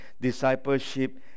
discipleship